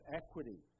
equity